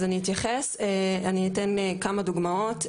אז אני אתייחס אני אתן כמה דוגמאות,